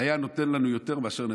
היה נותן לנו יותר מאשר נתניהו,